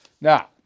Now